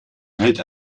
hält